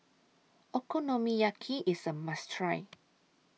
Okonomiyaki IS A must Try